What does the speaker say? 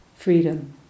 Freedom